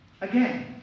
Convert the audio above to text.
again